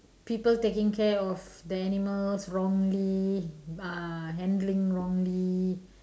people taking care of the animals wrongly uh handling wrongly